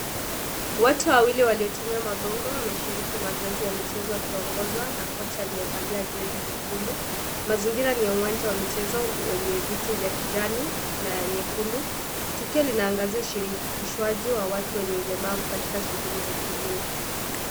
Watu wawili waliotumia magongo wameshiriki mazoezi ya michezo wakiongozwa na kocha aliyevalia jezi jekundu. Mazingira ni ya uwanja wa michezo yenye viti vya kijani na ya nyekundu. Tukio linaangazia ushirikishwaji wa watu wenye ulemavu katika shughuli za kimwili.